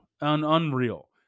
Unreal